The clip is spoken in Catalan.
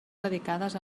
dedicades